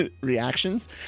reactions